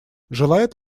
желает